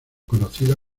conocida